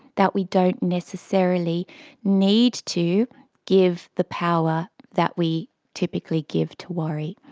that we don't necessarily need to give the power that we typically give to worry.